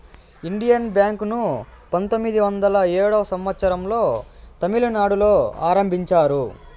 Indian bank ను పంతొమ్మిది వందల ఏడో సంవచ్చరం లో తమిళనాడులో ఆరంభించారు